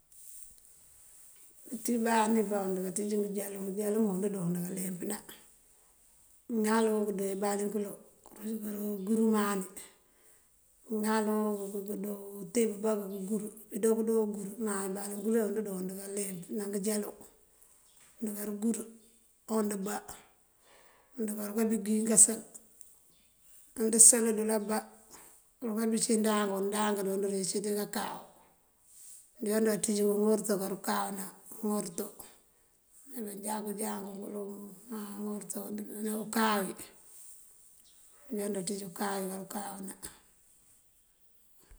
Pëtí baandi bá und kanţíj ngëënjalum, ngeejalum ingiiwund joon káaleempëná. Ŋálunk und báand pëlu këëwin baloŋ ingur umani, mëëŋalúu kuundo itib íba këëngur. Këëndoo këëndo këëngur bëëmáaj par ngungí und njoon, und kaaleempëná ngëënjálu undëëngur, ondëëmba, und kárúka bíi bëyigasël. Und igasëlërël ëëmba, urukáa cí undáankú ndáankú und kácírí karëw. Und káanţíj umorëta kaadu karëwuná, umorëta. Neemanjak, jaankëwël, neewúmú maa undjoo umorëta na ukaawí. Undënjá ndëëntij ukaawí kadu kawúna.